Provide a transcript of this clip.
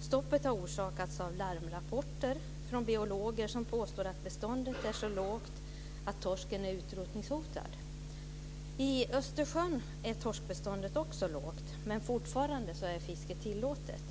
Stoppet har orsakats av larmrapporter från biologer som påstår att torskbeståndet är så lågt att torsken är utrotningshotad. I Östersjön är torskbeståndet också lågt, men fortfarande är fiske tillåtet.